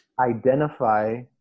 identify